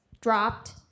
dropped